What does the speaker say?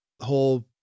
whole